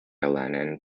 lennon